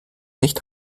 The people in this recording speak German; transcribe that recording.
nicht